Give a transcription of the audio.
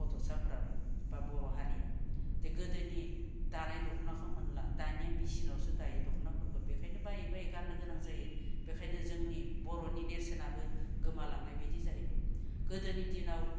गथ'साफोराबो बा बर' हारिया दे गोदोनि दानाय दख'नाखो मोनला दानिया मेचिनावसो दायो दख'नाफोरखौ बेखायनो बायै बायै गाननो गोनां जायो बेखायनो जोंनि बर'नि नेरसोनाबो गोमालांनाय बायदि जाहैबाय गोदोनि दिनाव